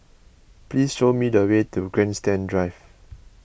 please show me the way to Grandstand Drive